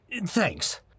Thanks